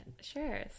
sure